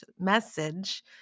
message